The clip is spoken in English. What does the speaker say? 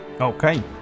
Okay